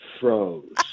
froze